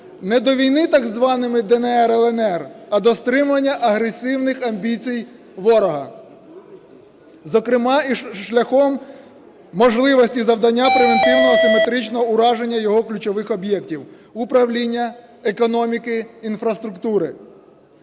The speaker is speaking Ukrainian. не до війни з так званими "ДНР", "ЛНР", а до стримування агресивних амбіцій ворога, зокрема і шляхом можливості завдання превентивного симетричного ураження його ключових об'єктів управління, економіки, інфраструктури.